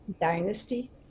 Dynasty